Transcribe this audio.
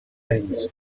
things